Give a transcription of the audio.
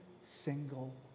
single